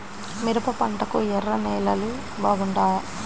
మిరప పంటకు ఎర్ర నేలలు బాగుంటాయా?